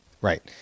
Right